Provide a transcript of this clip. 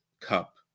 Cup